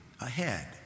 ahead